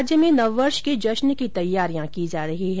राज्य में नववर्ष के जश्न की तैयारियां की जा रही है